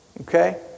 Okay